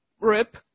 Rip